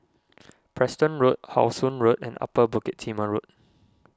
Preston Road How Sun Road and Upper Bukit Timah Road